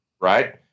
Right